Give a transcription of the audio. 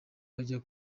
bajya